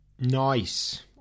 Nice